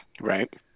Right